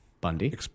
Bundy